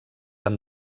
han